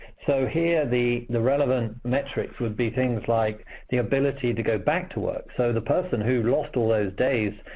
so here the the relevant metrics would be things like the ability to go back to work so, the person who lost all those days